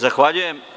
Zahvaljujem.